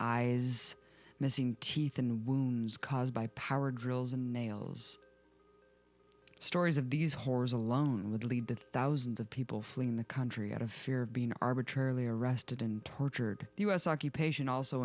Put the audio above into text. eyes missing teeth and wounds caused by power drills and nails stories of these horrors alone would lead thousands of people fleeing the country out of fear of being arbitrarily arrested and tortured the us occupation also